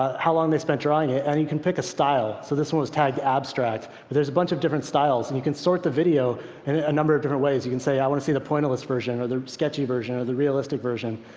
how long they spent drawing it. and you can pick a style. so this one was tagged abstract. but there's a bunch of different styles. and you can sort the video and a number of different ways. you can say, i want to see the pointillist version or the sketchy version or the realistic version.